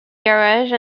garage